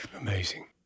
Amazing